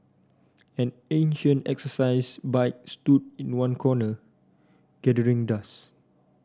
an ancient exercise bike stood in one corner gathering dust